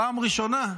פעם ראשונה.